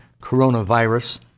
coronavirus